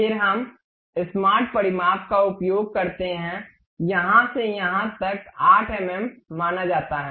फिर हम स्मार्ट परिमाप का उपयोग करते हैं यहां से यहां तक 8 एम एम माना जाता है